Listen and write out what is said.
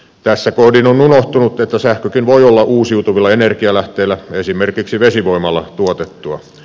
tässä kohdin on unohtunut että sähkökin voi olla uusiutuvilla energialähteillä esimerkiksi vesivoimalla tuotettua